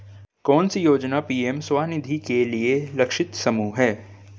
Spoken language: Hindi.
कौन सी योजना पी.एम स्वानिधि के लिए लक्षित समूह है?